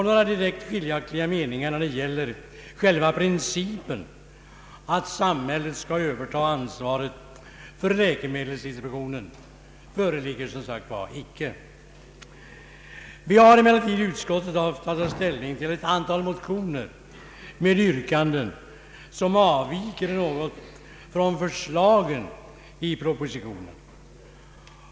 Några direkta skiljaktiga meningar när det gäller själva principen att samhället skall överta ansvaret för läkemedelsdistributionen föreligger som sagt inte. Vi har emellertid inom utskottet haft att ta ställning till ett antal motioner med yrkanden som avviker något från förslagen i propositionen.